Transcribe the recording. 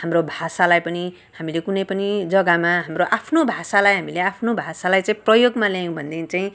हाम्रो भाषालाई पनि हामीले कुनै पनि जगामा हाम्रो आफ्नो भाषालाई हामीले आफ्नो भाषालाई चाहिँ प्रयोगमा ल्यायौँ भनेदेखि चाहिँ